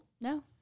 No